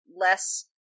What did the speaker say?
less